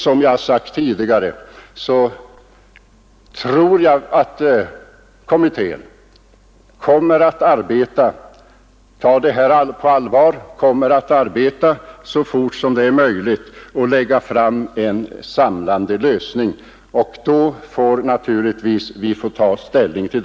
Som jag tidigare har framhållit tror jag att kommittén kommer att ta den här frågan på allvar och så fort som möjligt lägga fram förslag till en samlande lösning som vi får ta ställning till.